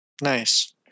Nice